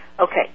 Okay